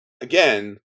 again